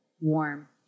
warm